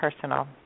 personal